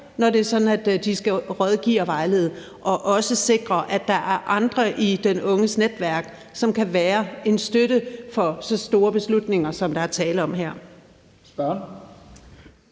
at de skal rådgive og vejlede; og også sikrer, at der er andre i den unges netværk, som kan være en støtte i så store beslutninger, som der er tale om her.